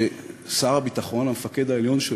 ששר הביטחון, המפקד העליון שלו,